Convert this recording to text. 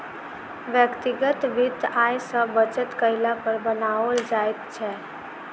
व्यक्तिगत वित्त आय सॅ बचत कयला पर बनाओल जाइत छै